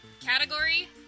Category